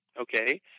okay